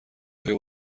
آیا